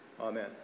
Amen